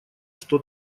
что